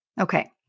Okay